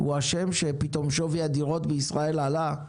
הוא אשם ששווי הדירות בישראל עלה?